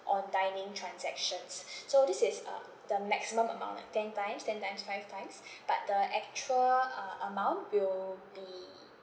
on dining transactions so this is uh the maximum amount at ten times ten times five times but the actual uh amount will be